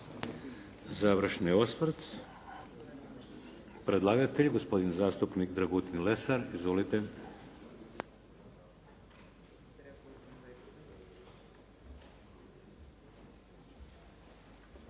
Završni osvrt. Predlagatelj gospodin zastupnik Dragutin Lesar. Izvolite.